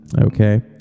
Okay